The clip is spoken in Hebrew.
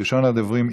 מס' 11358,